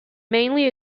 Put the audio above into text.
mainly